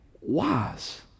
wise